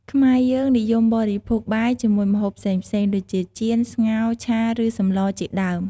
ខ្មែរយើងនិយមបរិភោគបាយជាមួយម្ហូបផ្សេងៗដូចជា ចៀន ស្ងោរ ឆា ឬ សម្លជាដើម។